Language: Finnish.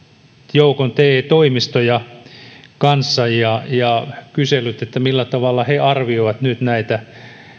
te toimistojen joukon kanssa ja ja kysellyt millä tavalla he arvioivat nyt näitä